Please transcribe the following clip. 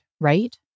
right